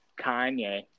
Kanye